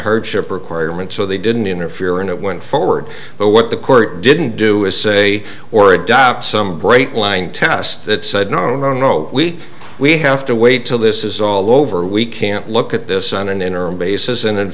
hardship requirement so they didn't interfere and it went forward but what the court didn't do is say or adopt some bright line test that said no no no we we have to wait till this is all over we can't look at this on an interim basis and in